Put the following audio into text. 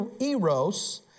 eros